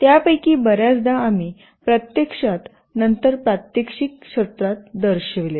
त्यापैकी बर्याचदा आम्ही प्रत्यक्षात नंतर प्रात्यक्षिक सत्रात दर्शविले